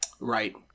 Right